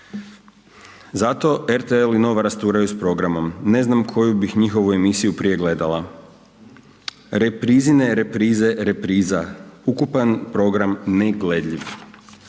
Zato RTL i NOVA rasturaju s programom ne znam koju bih njihovu emisiju prije gledala? Reprizine reprize repriza, ukupan program ne gledljiv.